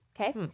Okay